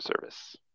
service